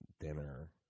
dinner